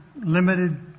limited